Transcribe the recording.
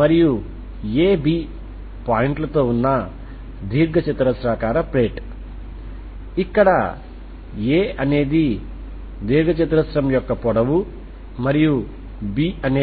సమీకరణానికి ప్రత్యామ్నాయంగా ఈ పద్ధతిలో పరిష్కారం కోసం చూడండి మీరు హీట్ ఈక్వేషన్ యొక్క నాన్ జీరో పరిష్కారం కోసం చూస్తారు ఎందుకంటే సున్నా